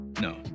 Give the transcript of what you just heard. No